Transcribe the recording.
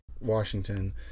Washington